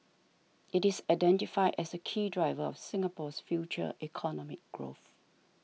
it is identified as a key driver of Singapore's future economic growth